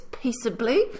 peaceably